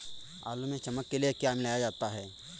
आलू में चमक के लिए क्या मिलाया जाता है?